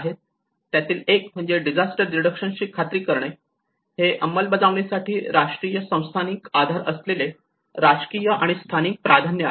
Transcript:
त्यातील एक म्हणजे डिझास्टर रिडक्शन ची खात्री करणे हे अंमलबजावणीसाठी मजबूत संस्थानिक आधार असलेले राजकीय आणि स्थानिक प्राधान्य आहे